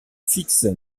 fix